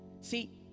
See